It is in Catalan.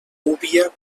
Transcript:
gúbia